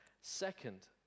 Second